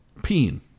peeing